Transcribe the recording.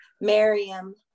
Miriam